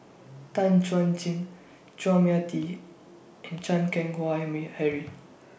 Tan Chuan Jin Chua Mia Tee and Chan Keng Howe Harry